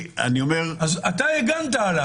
אתה הגנת עליו.